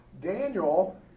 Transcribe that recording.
Daniel